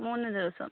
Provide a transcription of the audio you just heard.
മൂന്ന് ദിവസം